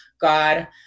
God